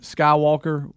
Skywalker